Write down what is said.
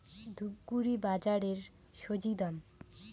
ধূপগুড়ি বাজারের স্বজি দাম?